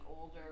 older